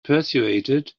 persuaded